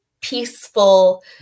peaceful